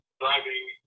driving